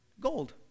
Gold